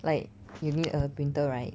like you need a printer right